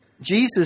Jesus